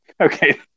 Okay